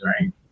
right